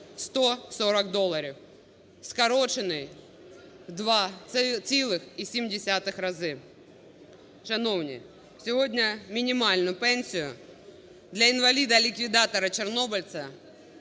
140 доларів, скорочений в 2,7 рази. Шановні, сьогодні мінімальну пенсію для інваліда-ліквідатора чорнобильця,